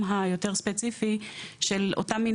של חברי הכנסת: מוסי רז ואלון טל.